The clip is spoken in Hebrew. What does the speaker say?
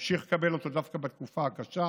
ימשיך לקבל אותו דווקא בתקופה הקשה,